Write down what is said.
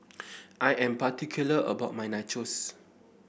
I am particular about my Nachos